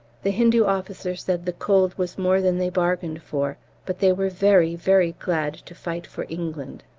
the hindu officer said the cold was more than they bargained for, but they were very, very glad to fight for england.